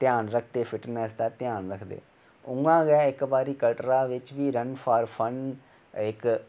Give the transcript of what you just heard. ध्यान रखदे फिटनेस दा ध्यान रखदे उऊां गै उंहे इक बारी कटरा बिच्च बी उनें रण फार फन इक